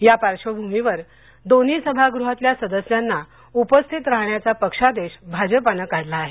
या पार्श्वभूमीवर दोन्ही सभागृहातल्या सदस्यांना उपस्थित राहण्याचा पक्षादेश भाजपाने काढला आहे